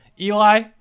Eli